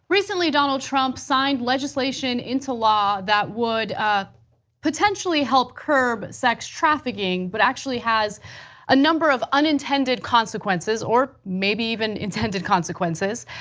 recently, donald trump signed legislation into law that would ah potentially help curb sex trafficking but actually has a number of unintended consequences or maybe even intended consequences.